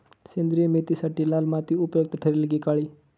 सेंद्रिय मेथीसाठी लाल माती उपयुक्त ठरेल कि काळी?